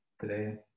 today